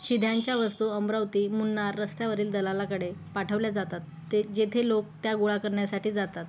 शिध्यांच्या वस्तू अमरावती मुन्नार रस्त्यावरील दलालाकडे पाठवल्या जातात ते जेथे लोक त्या गोळा करण्यासाठी जातात